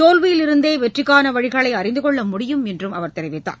தோல்வியிலிருந்தே வெற்றிக்கான வழிகளை அறிந்து கொள்ள முடியும் என்றும் அவா் தெரிவித்தார்